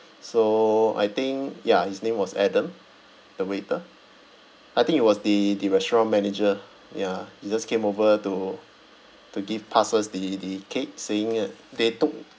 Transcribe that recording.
so I think ya his name was adam the waiter I think he was the the restaurant manager ya he just came over to to give pass us the the cake saying uh they took